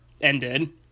ended